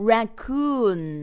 Raccoon